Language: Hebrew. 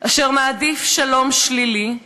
אשר מעדיף שלום שלילי,